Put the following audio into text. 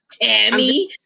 Tammy